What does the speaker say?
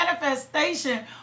manifestation